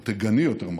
או תגַני, יותר נכון,